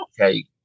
okay